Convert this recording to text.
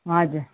हजुर